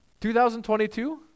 2022